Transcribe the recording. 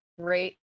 great